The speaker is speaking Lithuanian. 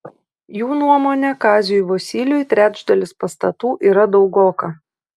jų nuomone kaziui vosyliui trečdalis pastatų yra daugoka